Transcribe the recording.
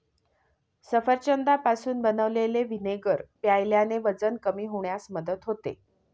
सफरचंदापासून बनवलेले व्हिनेगर प्यायल्याने वजन कमी होण्यास मदत होते